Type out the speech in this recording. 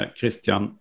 Christian